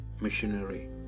Missionary